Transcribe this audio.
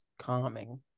calming